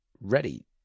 ready